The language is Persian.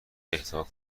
اهدا